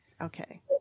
Okay